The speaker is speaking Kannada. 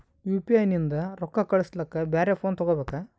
ಯು.ಪಿ.ಐ ನಿಂದ ರೊಕ್ಕ ಕಳಸ್ಲಕ ಬ್ಯಾರೆ ಫೋನ ತೋಗೊಬೇಕ?